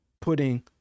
putting